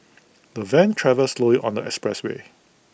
the van travelled slowly on the expressway